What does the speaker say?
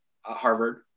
Harvard